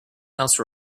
else